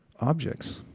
objects